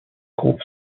groupe